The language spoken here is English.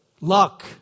Luck